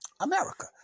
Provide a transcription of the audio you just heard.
America